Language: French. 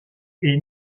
est